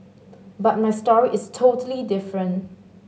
but my story is totally different